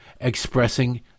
expressing